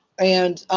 and